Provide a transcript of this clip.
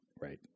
right